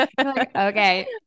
Okay